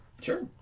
Sure